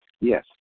Yes